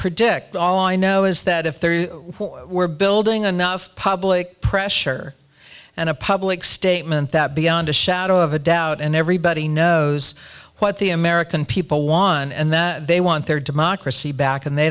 predict all i know is that if they were building a nuff public pressure and a public statement that beyond a shadow of a doubt and everybody knows what the american people want and they want their democracy back and they